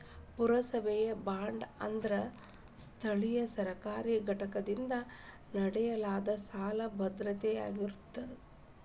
ಪುರಸಭೆಯ ಬಾಂಡ್ ಅಂದ್ರ ಸ್ಥಳೇಯ ಸರ್ಕಾರಿ ಘಟಕದಿಂದ ನೇಡಲಾದ ಸಾಲದ್ ಭದ್ರತೆಯಾಗಿರತ್ತ